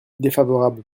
défavorable